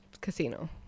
casino